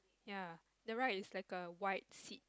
ya on the right it's like a err white seat